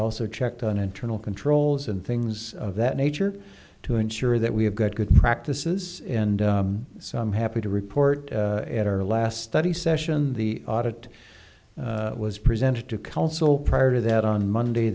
also checked on internal controls and things of that nature to ensure that we have got good practices and so i'm happy to report at our last study session the audit was presented to council prior to that on monday